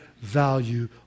value